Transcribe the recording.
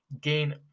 gain